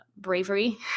bravery